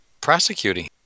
prosecuting